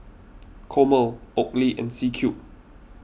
Chomel Oakley and C Cube